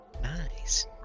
Nice